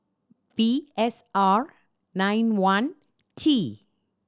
V S R nine one T